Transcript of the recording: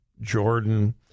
Jordan